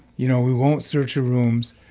you know? we won't search your rooms.